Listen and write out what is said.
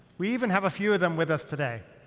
we even have a few of them with us today.